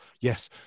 yes